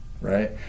right